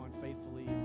faithfully